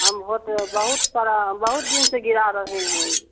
हम भोट बहुत सारा बहुत दिन से गिरा रहे हैं